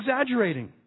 exaggerating